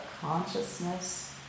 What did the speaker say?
consciousness